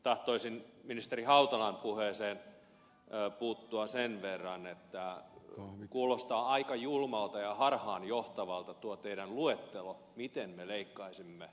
tahtoisin ministeri hautalan puheeseen puuttua sen verran että kuulostaa aika julmalta ja harhaanjohtavalta tuo teidän luettelonne miten me leikkaisimme kehitysyhteistyöstä